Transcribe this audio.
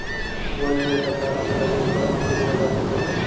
वोइ जेठ असाढ़ के लगे ऊपर म सुरू हो जाथे बेटा